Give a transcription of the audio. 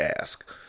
ask